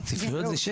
ספריות זה שקט.